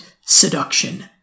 seduction